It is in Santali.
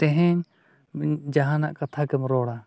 ᱛᱮᱦᱮᱧ ᱡᱟᱦᱟᱱᱟᱜ ᱠᱟᱛᱷᱟ ᱜᱮᱢ ᱨᱚᱲᱟ